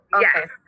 yes